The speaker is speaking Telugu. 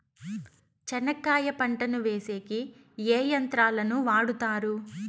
చెనక్కాయ పంటను వేసేకి ఏ యంత్రాలు ను వాడుతారు?